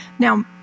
Now